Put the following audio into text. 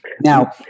now